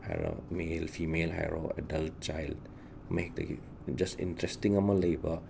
ꯍꯥꯏꯔꯣ male female heron adult child ꯑꯃꯍꯦꯛꯇꯒꯤ just interesting ꯑꯃ ꯂꯩꯕ